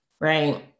Right